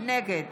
נגד